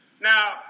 Now